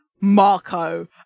Marco